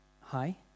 Hi